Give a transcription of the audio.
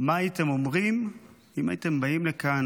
אם הייתם באים לכאן,